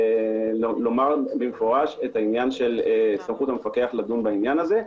לומר מפורשות את סמכות המפקח לדון בעניין הזה.